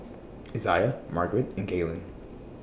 Izaiah Margarete and Gaylen